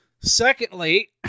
Secondly